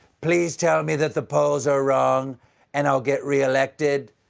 please tell me that the polls are wrong and i'll get reeected.